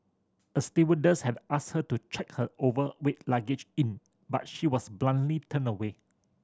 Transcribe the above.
a stewardess had asked her to check her overweight luggage in but she was bluntly turned away